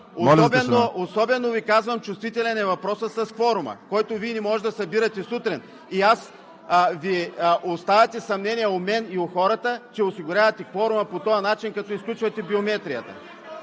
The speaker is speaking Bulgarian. Особено Ви казвам, чувствителен е въпросът с кворума, който Вие не можете да събирате сутрин. Оставяте съмнение у мен и у хората, че осигурявате кворума по този начин – като изключвате биометрията.